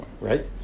Right